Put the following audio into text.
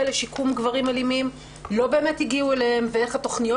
לשיקום גברים אלימים לא באמת הגיעו אליהם ואיך התכניות